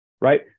right